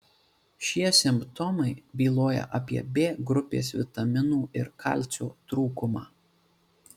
šie simptomai byloja apie b grupės vitaminų ir kalcio trūkumą